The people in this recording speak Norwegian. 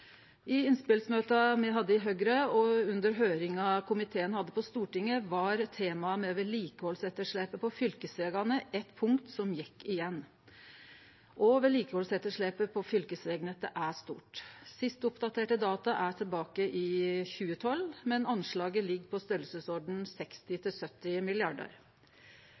I innspelsmøta me hadde i Høgre, og under høyringa komiteen hadde på Stortinget, var vedlikehaldsetterslepet på fylkesvegane eit tema som gjekk igjen. Vedlikehaldsetterslepet på fylkesvegnettet er stort. Sist oppdaterte data er frå tilbake i 2012, men anslaget ligg